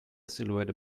silhouette